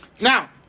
now